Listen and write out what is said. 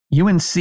UNC